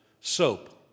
Soap